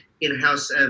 in-house